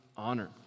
honor